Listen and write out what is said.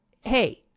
hey